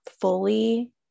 fully